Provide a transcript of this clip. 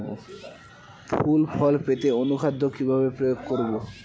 ফুল ফল পেতে অনুখাদ্য কিভাবে প্রয়োগ করব?